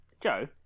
Joe